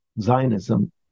Zionism